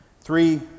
Three